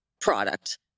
product